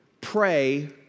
pray